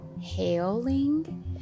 hailing